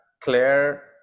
Claire